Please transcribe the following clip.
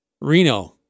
Reno